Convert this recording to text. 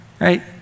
right